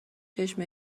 چشم